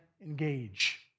engage